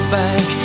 back